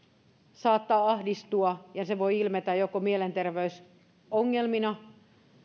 saattaa ahdistua se voi ilmetä joko mielenterveysongelmina